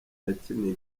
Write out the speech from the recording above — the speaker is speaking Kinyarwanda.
yakiniye